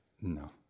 no